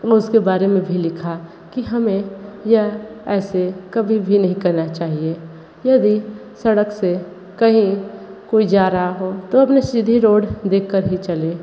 उसके बारे में भी लिखा कि हमें यह ऐसे कभी भी नहीं करना चाहिए यदि सड़क से कहीं कोई जा रहा हो तो अपने सीधी रोड देखकर ही चलें